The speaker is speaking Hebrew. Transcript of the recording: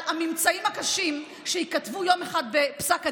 על הממצאים הקשים שייכתבו יום אחד בפסק הדין,